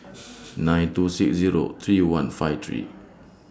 nine two six Zero three one five three